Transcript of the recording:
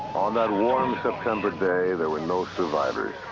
on that warm september day, there were no survivors.